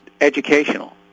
educational